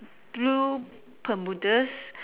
blue Bermudas